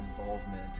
involvement